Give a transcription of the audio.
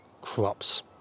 crops